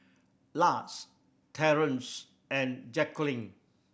Lars Terrance and Jacqueline